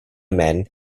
man